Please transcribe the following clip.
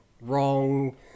wrong